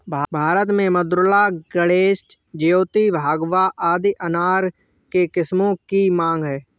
भारत में मृदुला, गणेश, ज्योति, भगवा आदि अनार के किस्मों की मांग है